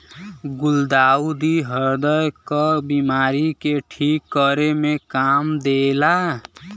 गुलदाउदी ह्रदय क बिमारी के ठीक करे में काम देला